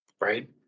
right